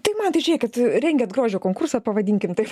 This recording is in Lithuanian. tai mantai žiūrėkit rengiat grožio konkursą pavadinkim taip